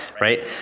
right